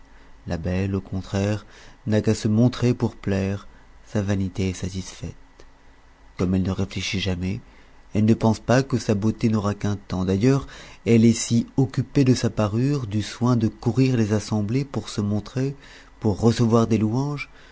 la belle au contraire n'a qu'à se montrer pour plaire sa vanité est satisfaite comme elle ne réfléchit jamais elle ne pense pas que sa beauté n'aura qu'un tems d'ailleurs elle est si occupée de sa parure du soin de courir les assemblées pour se montrer pour recevoir des louanges